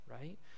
right